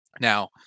Now